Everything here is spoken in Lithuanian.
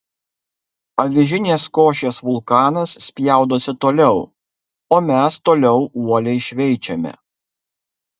avižinės košės vulkanas spjaudosi toliau o mes toliau uoliai šveičiame